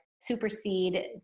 supersede